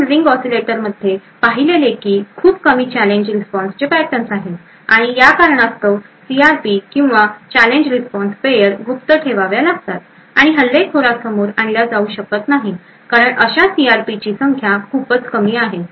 आपण रिंग ऑसीलेटरमध्ये पाहिलेले की खूप कमी चॅलेंज रिस्पॉन्स चे पॅटर्नस आहेत आणि या कारणास्तव सीआरपी किंवा चॅलेंज रिस्पॉन्स पेयर गुप्त ठेवाव्या लागतात आणि हल्लेखोरासमोर आणल्या जाऊ शकत नाहीत कारण अशा सीआरपीची संख्या खूपच कमी आहे